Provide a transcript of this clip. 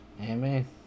Amen